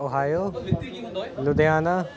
ਓਹਾਏ ਓ ਲੁਧਿਆਣਾ